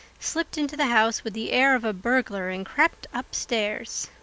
slipped into the house with the air of a burglar and crept upstairs.